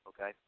okay